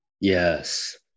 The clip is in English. Yes